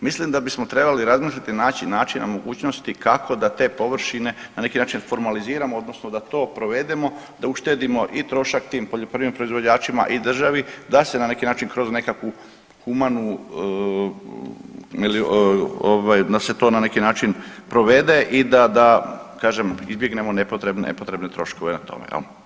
Mislim da bismo trebali razmisliti, naći načina, mogućnosti kako da te površine na neki način formaliziramo odnosno da to provedemo da uštedimo i trošak tim poljoprivrednim proizvođačima i državi da se na neki način kroz nekakvu humanu ovaj da se to na neki način provede i da kažem izbjegnemo nepotrebne, nepotrebne troškove o tome jel.